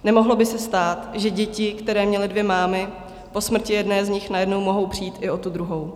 Nemohlo by se stát, že děti, které měly dvě mámy, po smrti jedné z nich najednou mohou přijít i o tu druhou.